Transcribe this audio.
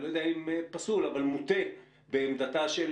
אני לא יודע אם פסול אבל מוטה בעמדתה של